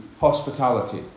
hospitality